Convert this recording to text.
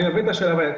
לא, ממש לא.